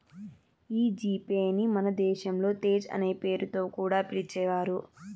ఈ G pay ని మన దేశంలో తేజ్ అనే పేరుతో కూడా పిలిచేవారు